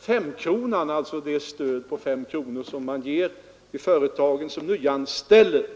femkronan, dvs. det stöd på 5 kronor som man ger till företag vid nyanställningar.